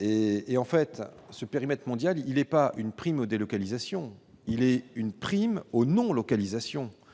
et et en fait. Ce périmètre mondial il est pas une prime aux délocalisations, il est une prime au non-localisation